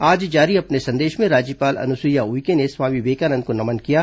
आज जारी अपने संदेश में राज्यपाल अनुसुईया उइके ने स्वामी विवेकानंद को नमन किया है